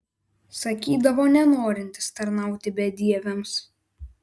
sakydavo nenorintis tarnauti bedieviams